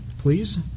please